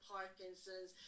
Parkinson's